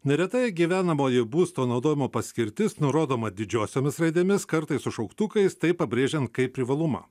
neretai gyvenamoji būsto naudojimo paskirtis nurodoma didžiosiomis raidėmis kartais su šauktukais tai pabrėžiant kaip privalumą